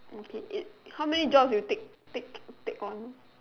okay it how many jobs you take take take on